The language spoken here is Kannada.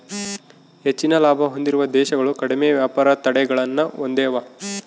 ಹೆಚ್ಚಿನ ಲಾಭ ಹೊಂದಿರುವ ದೇಶಗಳು ಕಡಿಮೆ ವ್ಯಾಪಾರ ತಡೆಗಳನ್ನ ಹೊಂದೆವ